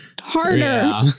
harder